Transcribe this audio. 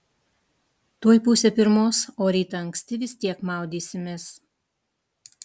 tuoj pusė pirmos o rytą anksti vis tiek maudysimės